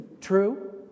True